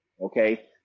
okay